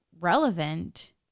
relevant